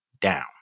down